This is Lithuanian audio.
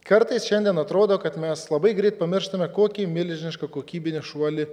kartais šiandien atrodo kad mes labai greit pamirštame kokį milžinišką kokybinį šuolį